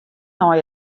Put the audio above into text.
nei